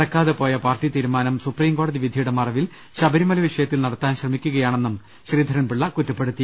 നടക്കാതെ പോയ പാർട്ടി തീരുമാനം സുപ്രീം കോടതി വിധിയുടെ മറവിൽ ശബരിമല വിഷയത്തിൽ നടത്താൻ ശ്രമിക്കുകയാണെന്നും ശ്രീധരൻപിള്ള കുറ്റപ്പെടുത്തി